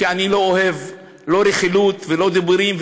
כי אני לא אוהב לא רכילות ולא דיבורים,